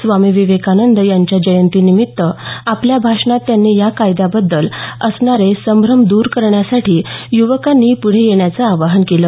स्वामी विवेकानंद यांच्या जयंतीनिमित्त आपल्या भाषणात त्यांनी या कायद्याबद्दल असणारे संभ्रम द्र करण्यासाठी युवकांनी पुढं येण्याचं आवाहन केलं